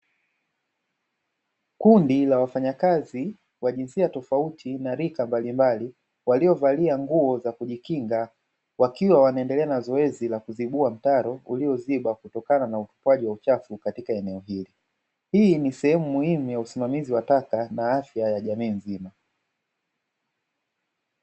Kundi la wafanyakazi wa jinsia tofauti na rika mbalimbali, waliovalia nguo za kujikinga wakiwa wanaendelea na zoezi la kuzibua mtaro uliozibwa kutokana na utupaji uchafu katika eneo hii ni sehemu muhimu ya usimamizi wa taka na afya ya jamii nzima.